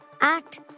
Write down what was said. Act